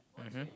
mmhmm